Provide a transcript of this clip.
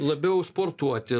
labiau sportuoti